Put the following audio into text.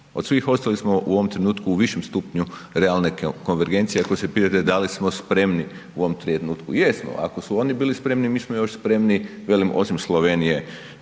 Od svih ostalih smo u ovom trenutku u višem stupnju realne konvergencije ako se pitate da li smo spremni u ovom trenutku. Jesmo, ako su oni bili spremni, mi smo još spremniji, velim osim Slovenije